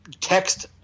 text